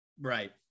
Right